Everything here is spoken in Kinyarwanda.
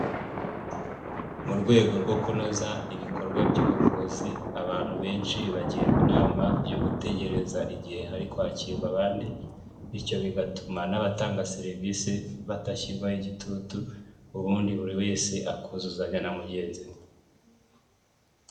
Mu rwego rwo kunoza ibikorwa by'ubuvuzi, abantu benshi bagirwa inama yo gutegereza igihe hari kwakirwa abandi ,bityo bigatuma n'abatanga serivise badashyirwaho igitutu, ubundi buri wese akuzuzanya na mugenzi we.